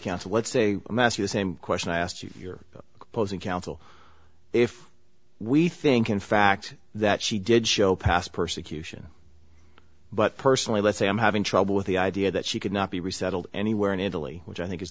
counsel let's say i'm asking the same question i asked you are opposing counsel if we think in fact that she did show past persecution but personally let's say i'm having trouble with the idea that she could not be resettled anywhere in italy which i think is